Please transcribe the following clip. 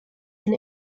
and